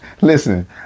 listen